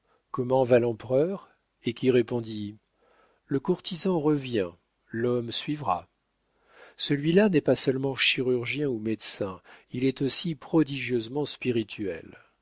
comment va l'empereur et qui répondit le courtisan revient l'homme suivra celui-là n'est pas seulement chirurgien ou médecin il est aussi prodigieusement spirituel